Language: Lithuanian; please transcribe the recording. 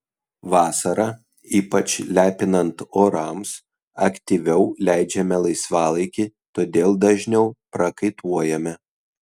vasarą ypač lepinant orams aktyviau leidžiame laisvalaikį todėl dažniau prakaituojame